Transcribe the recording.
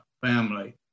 family